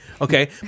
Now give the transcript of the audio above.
Okay